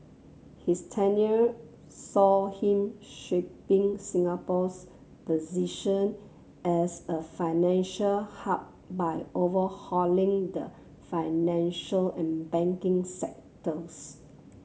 his tenure saw him shaping Singapore's position as a financial hub by overhauling the financial and banking sectors